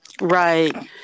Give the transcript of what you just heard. right